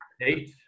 eight